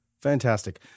Fantastic